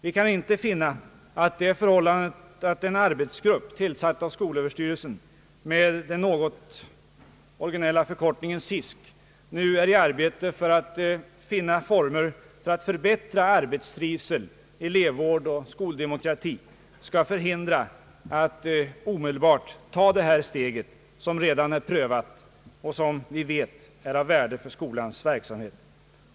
Vi kan inte finna att det förhållandet att en arbetsgrupp tillsatt av skolöverstyrelsen — med den något originella förkortningen SISK — nu är i arbete för att finna former för att förbättra arbetstrivsel, elevvård och skoldemokrati skall förhindra att omedelbart ta det här steget, som redan är prövat och som vi vet är av värde för skolans verksamhet.